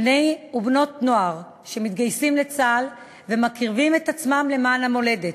בני ובנות נוער שמתגייסים לצה"ל ומקריבים את עצמם למען המולדת,